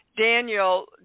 Daniel